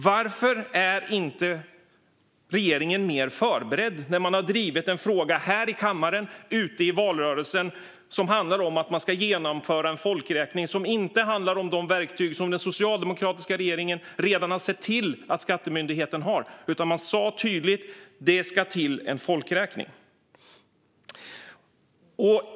Varför är regeringen inte mer förberedd när man har drivit frågan här i kammaren och i valrörelsen om att genomföra en folkräkning som inte handlar om de verktyg som den socialdemokratiska regeringen redan har sett till att skattemyndigheten har? Man sa ju tydligt att det ska till en folkräkning.